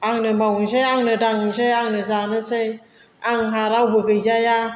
आंनो मावनोसै आंनो दांनोसै आंनो जानोसै आंहा रावबो गैजाया